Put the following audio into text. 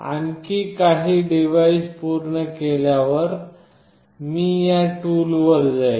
आणखी काही स्लाइड्स पूर्ण केल्यावर मी या टूलवर जाईन